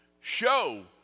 Show